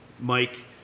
Mike